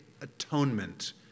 atonement